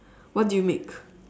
what do you make